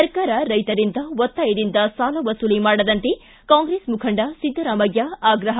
ಸರ್ಕಾರ ರೈತರಿಂದ ಒತ್ತಾಯದಿಂದ ಸಾಲ ವಸೂಲಿ ಮಾಡದಂತೆ ಕಾಂಗ್ರೆಸ್ ಮುಖಂಡ ಸಿದ್ದರಾಮಯ್ಕ ಆಗ್ರಹ